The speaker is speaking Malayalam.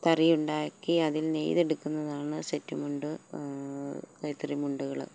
തറിയുണ്ടാക്കി അതിൽ നെയ്തെടുക്കുന്നതാണ് സെറ്റ് മുണ്ട് കൈത്തറി മുണ്ടുകള്